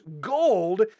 gold